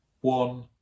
One